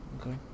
Okay